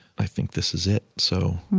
i think this is it. so